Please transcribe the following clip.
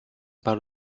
parle